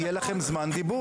לא, יהיה לכם זמן דיבור.